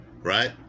right